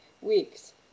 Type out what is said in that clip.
weeks